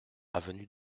avenue